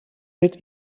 zit